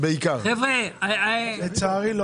מגיעים למקומות מאוד